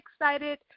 excited